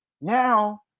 Now